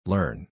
Learn